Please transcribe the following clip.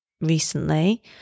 recently